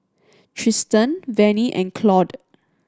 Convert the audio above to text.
Tristan Vannie and Claude